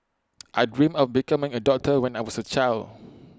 I dreamt of becoming A doctor when I was A child